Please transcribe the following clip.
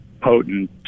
potent